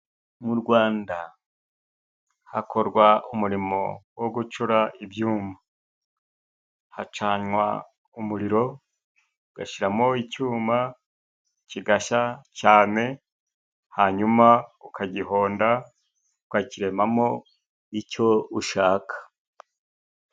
Mu Rwanda hakorwa umurimo wo gucura ibyuma. Hacanwa umuriro, ugashyiramo icyuma kigashya cyane, nyuma ukagihonda, ukakiremamo icyo ushaka.